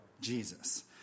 Jesus